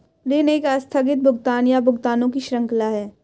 ऋण एक आस्थगित भुगतान, या भुगतानों की श्रृंखला है